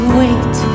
wait